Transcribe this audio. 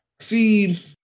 See